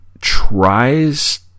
tries